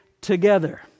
together